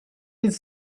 his